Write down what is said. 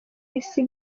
isi